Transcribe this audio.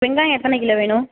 வெங்காயம் எத்தனை கிலோ வேணும்